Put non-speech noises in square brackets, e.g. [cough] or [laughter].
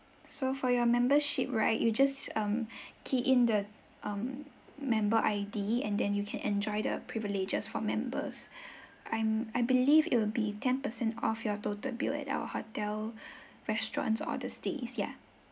so for your membership right you just um [breath] key in the um member I_D and then you can enjoy the privileges for members [breath] I'm I believe it will be ten percent off your total bill at our hotel [breath] restaurants or the stays yeah